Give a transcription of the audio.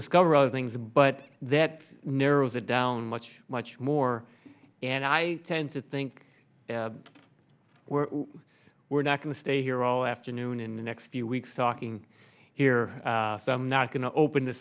discover other things but that narrows it down much much more and i tend to think we're we're not going to stay here all afternoon in the next few weeks talking here so i'm not going to open th